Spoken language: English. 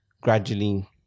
gradually